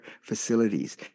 facilities